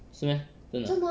是 meh 真的